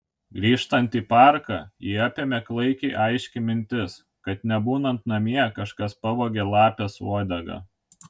grįžtant į parką jį apėmė klaikiai aiški mintis kad nebūnant namie kažkas pavogė lapės uodegą